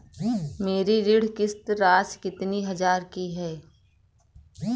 मेरी ऋण किश्त राशि कितनी हजार की है?